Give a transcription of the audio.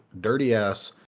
dirty-ass